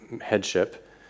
headship